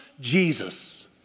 Jesus